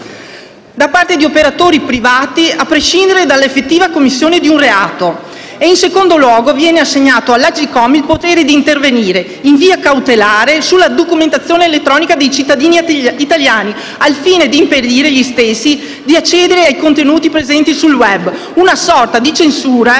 da parte di operatori privati e a prescindere dall'effettiva commissione di un reato, e in secondo luogo viene assegnato all'Agcom il potere di intervenire, in via cautelare, sulle comunicazioni elettroniche dei cittadini italiani al fine di impedire agli stessi di accedere a contenuti presenti sul *web*. Una sorta di censura